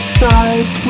side